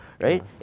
Right